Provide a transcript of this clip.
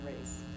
race